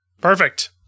Perfect